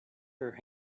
her